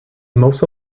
most